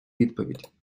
відповідь